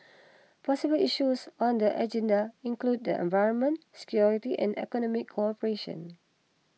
possible issues on the agenda include environment security and economic cooperation